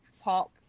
pop